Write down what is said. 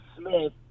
Smith